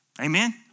Amen